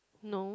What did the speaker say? no